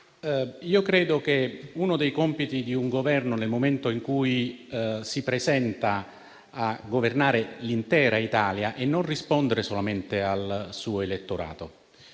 Credo che uno dei compiti di un Governo, nel momento in cui si presenta a governare l'intera Italia, sia quello di non rispondere solamente al suo elettorato,